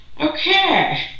Okay